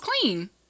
clean